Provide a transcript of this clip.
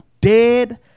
dead